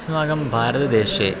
अस्माकं भारतदेशे